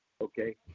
Okay